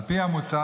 על פי המוצע,